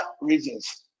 reasons